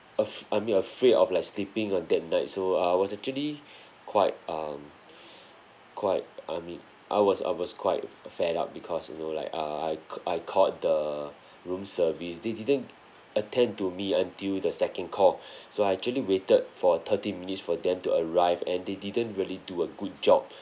afr~ I mean afraid of like sleeping on that night so I was actually quite um quite I mean I was I was quite f~ fed up because you know like err I ca~ I called the room service they didn't attend to me until the second call so I actually waited for thirty minutes for them to arrive and they didn't really do a good job